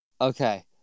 Okay